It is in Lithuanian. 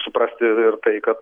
suprasti ir tai kad